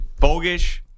Bogish